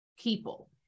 people